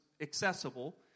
accessible